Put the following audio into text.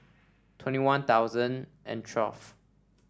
twenty One Thousand and twelve